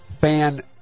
fan